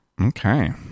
Okay